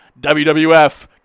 WWF